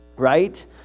right